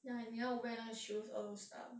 ya 你要 wear 那个 shoes all those stuff